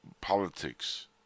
politics